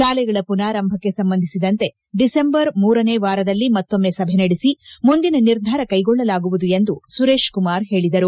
ಶಾಲೆಗಳ ಮನಾರಂಭಕ್ಕೆ ಸಂಬಂಧಿಸಿದಂತೆ ಡಿಸೆಂಬರ್ ಮೂರನೇ ವಾರದಲ್ಲಿ ಮತ್ತೊಮ್ಮ ಸಭೆ ನಡೆಸಿ ಮುಂದಿನ ನಿರ್ಧಾರ ಕೈಗೊಳ್ಳಲಾಗುವುದು ಎಂದು ಸುರೇಶ್ ಕುಮಾರ್ ಹೇಳಿದರು